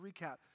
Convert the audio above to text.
Recap